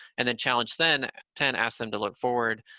and then challenge then ten asked them to look forward,